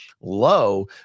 low